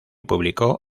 publicó